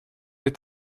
est